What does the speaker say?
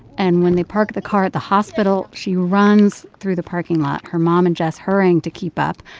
and when they park the car at the hospital, she runs through the parking lot, her mom and jess hurrying to keep up.